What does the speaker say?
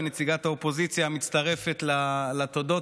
ונציגת האופוזיציה מצטרפת לתודות,